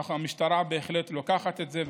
המשטרה בהחלט לוקחת את זה,